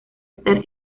estar